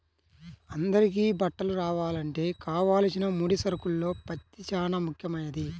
అందరికీ బట్టలు రావాలంటే కావలసిన ముడి సరుకుల్లో పత్తి చానా ముఖ్యమైంది